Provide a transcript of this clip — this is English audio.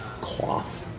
cloth